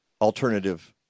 alternative